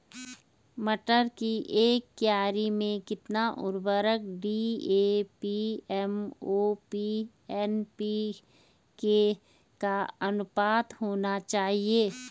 मटर की एक क्यारी में कितना उर्वरक डी.ए.पी एम.ओ.पी एन.पी.के का अनुपात होना चाहिए?